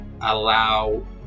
allow